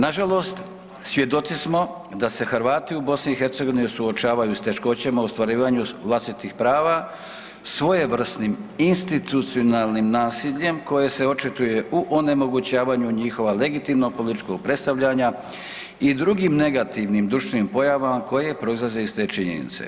Nažalost, svjedoci smo da se Hrvati u BiH suočavaju s teškoćama u ostvarivanju vlastitih prava svojevrsnim institucionalnim nasiljem koje se očituje u onemogućavanju njihova legitimno političkog predstavljanja i drugim negativnim društvenim pojavama koje proizlaze iz te činjenice.